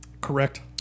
correct